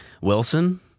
Wilson